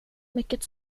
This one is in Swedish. mycket